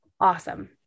awesome